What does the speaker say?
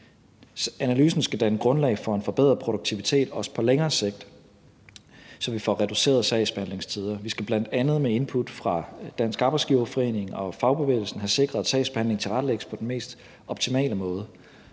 Analysen skal danne grundlag for en forbedret produktivitet, også på længere sigt, så vi får reduceret sagsbehandlingstiderne. Vi skal bl.a. med input fra Dansk Arbejdsgiverforening og fagbevægelsen have sikret, at sagsbehandlingen tilrettelægges på den mest optimale måde,